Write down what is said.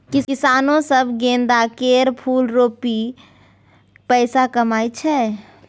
किसानो सब गेंदा केर फुल रोपि पैसा कमाइ छै